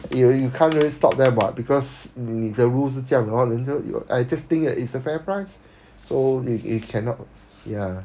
you you can't even stop them [what] because 你你的 rules 是这样的话人家 I just think it's a fair price so it it cannot ya